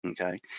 Okay